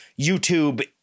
YouTube